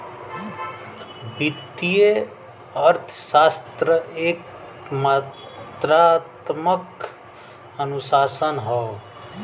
वित्तीय अर्थशास्त्र एक मात्रात्मक अनुशासन हौ